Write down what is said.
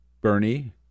Bernie